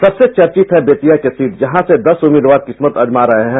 सबसे चर्चित है बेतिया की सीट जहां से दस उम्मीदवार किस्मत आजमा रहे हैं